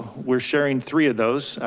we're sharing three of those.